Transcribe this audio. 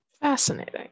Fascinating